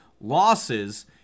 losses